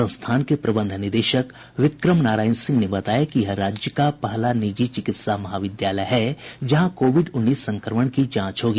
संस्थान के प्रबंध निदेशक विक्रम नारायण सिंह ने बताया कि यह राज्य का पहला निजी चिकित्सा महाविद्यालय है जहां कोविड उन्नीस संक्रमण की जांच होगी